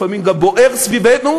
לפעמים גם בוער סביבנו,